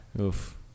Oof